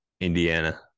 Indiana